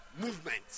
Movement